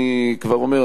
אני כבר אומר,